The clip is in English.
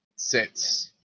sits